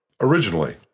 originally